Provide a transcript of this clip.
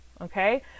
Okay